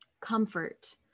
comfort